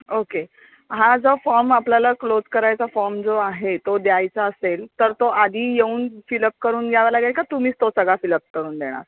okay हा जो form आपल्याला क्लोज करायचा फॉम जो आहे तो द्यायचा असेल तर तो आधी येऊन फिलअप करून घ्यावा लागेल का तुम्हीच तो सगळा फिलअप करून देणार